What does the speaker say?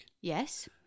Yes